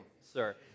sir